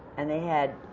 and they had,